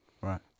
right